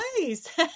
Nice